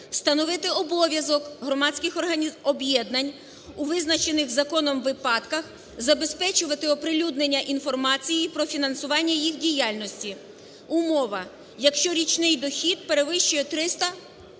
Встановити обов'язок громадських об'єднань у визначених законом випадках, забезпечувати оприлюднення інформації про фінансування їх діяльності (умова: якщо річний дохід перевищує 300